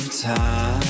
time